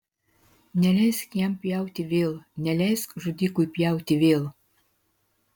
neleisk jam pjauti vėl neleisk žudikui pjauti vėl